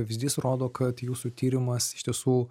pavyzdys rodo kad jūsų tyrimas iš tiesų